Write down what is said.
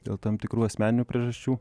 dėl tam tikrų asmeninių priežasčių